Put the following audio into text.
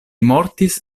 mortis